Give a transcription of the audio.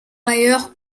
ailleurs